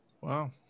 Wow